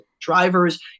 drivers